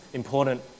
important